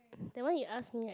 that one you ask me right